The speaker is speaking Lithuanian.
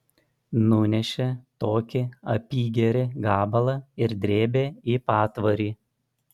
nunešė tokį apygerį gabalą ir drėbė į patvorį